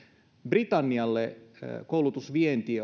britannialle koulutusvienti